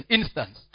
instance